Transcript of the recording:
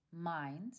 mind